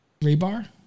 rebar